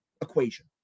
equation